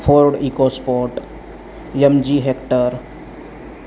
Ford EcoSport M G hectare